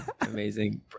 amazing